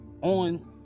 on